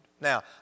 Now